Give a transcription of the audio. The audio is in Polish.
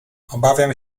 obawiam